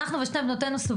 ההורים והילדים סובלים